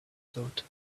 daughter